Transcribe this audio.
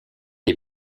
des